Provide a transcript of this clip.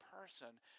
person